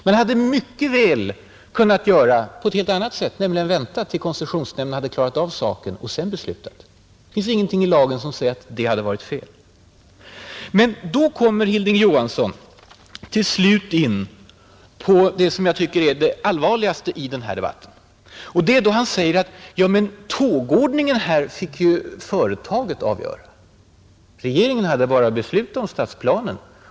Den hade mycket väl kunnat handla på ett helt annat sätt: väntat på att koncessionsnämnden hade klarat av saken för sin del och sedan träffat ett avgörande. Det finns ingenting i lagen som säger att det hade varit fel. Men då kommer Hilding Johansson till slut in på det som jag tycker är det allvarligaste i den här debatten. Han säger att tågordningen fick företaget avgöra, regeringen hade bara att besluta om stadsplanen.